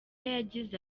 yagize